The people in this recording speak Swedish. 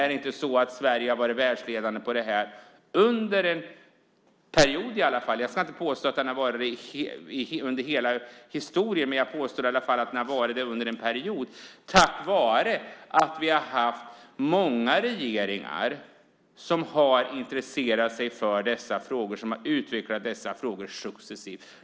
Är det inte så att vi har varit världsledande på detta under en period i alla fall? Jag ska inte påstå att vi har varit det under hela historien, men jag påstår i alla fall att vi har varit det under en period tack vare många regeringar som har intresserat sig för och successivt utvecklat dessa frågor.